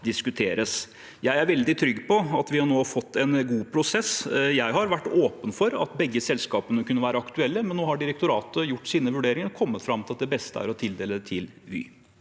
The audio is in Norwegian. Jeg er veldig trygg på at vi nå har fått en god prosess. Jeg har vært åpen for at begge selskapene kunne være aktuelle, men nå har direktoratet gjort sine vurderinger og kommet fram til at det beste er å tildele til Vy.